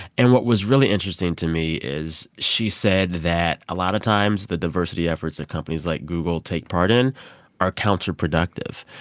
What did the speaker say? and what was really interesting to me is she said that, a lot of times, the diversity efforts of companies like google take part in are counterproductive.